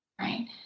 right